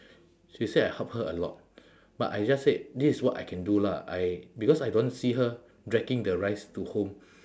she said I help her a lot but I just said this is what I can do lah I because I don't want to see her dragging the rice to home